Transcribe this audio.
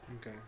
Okay